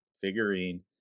figurine